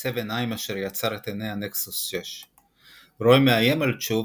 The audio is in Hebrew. - מעצב עיניים אשר ייצר את עיני הנקסוס 6. רוי מאיים על צ'ו,